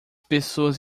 pessoas